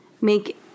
make